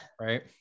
right